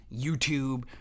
YouTube